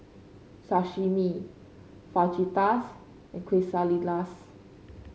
Sashimi Fajitas and Quesadillas